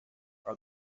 are